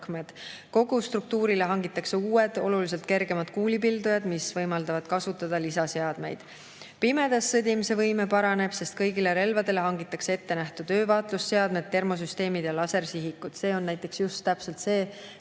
Kogu struktuurile hangitakse uued, oluliselt kergemad kuulipildujad, mis võimaldavad kasutada lisaseadmeid. Pimedas sõdimise võime paraneb, sest kõigile relvadele hangitakse ettenähtud öövaatlusseadmed, termosüsteemid ja lasersihikud. See on täpselt [üks